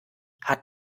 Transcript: hat